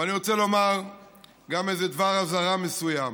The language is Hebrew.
אבל אני גם רוצה לומר דבר אזהרה מסוים.